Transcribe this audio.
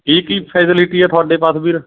ਕੀ ਕੀ ਫੈਸੇਲਿਟੀ ਹੈ ਤੁਹਾਡੇ ਪਾਸ ਵੀਰ